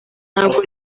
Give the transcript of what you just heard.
ntabwo